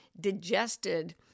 digested